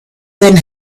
than